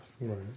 Right